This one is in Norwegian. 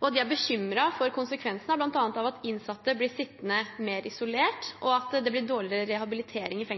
og er bekymret for konsekvensen av bl.a. at innsatte blir sittende mer isolert, og at det blir